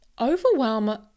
overwhelm